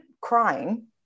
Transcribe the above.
crying